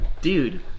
Dude